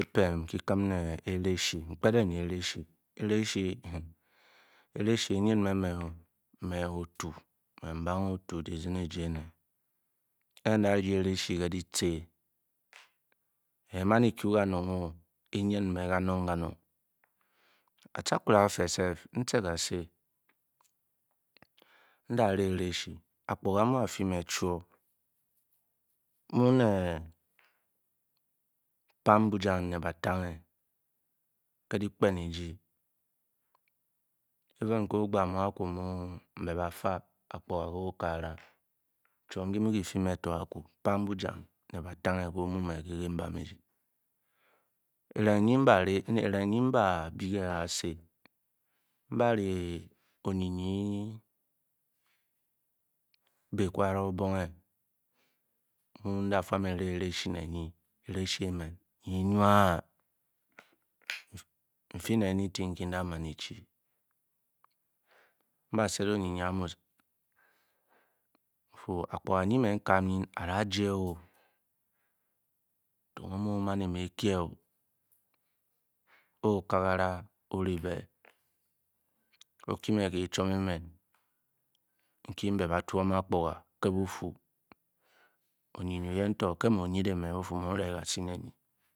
Kiyi Kim ne erashi. erashi enyn mé-mé-o me nbangé out. dizin eji ene e-nda ryi ereshi ke' dyici é man eky' kanong-o enyn me' kanong kanong. aki' a' kware a'fe n-ce kási ndá ré ereshi akpuga a' mu a'fe nne-chwo. n'myune pang-bujam ne bátange ke' dyikpen eji even ké óhbá myi a'ku' mu nbá fa' akpuga ke okagara chwon ki-mu-kifi me o mu ke kiibam eji. eringe nyi nda bi ke Kasi. nbaré onyi-onyi bekwara obonge mu' nda fuam eré erachi ne nyi. erashi emén nyi nwáá nba eéf onyi-onyi nfu akpuga nyi me n'kam nyn a'da'jee-o ke' o man me ekyé okagara o ri be. oki me' kii hwom emen ndi nba' chwon akpuga ke-bufi ke mu o onyndeng ma o Fu nu ré kasi ne' nyi